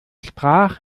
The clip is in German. sprach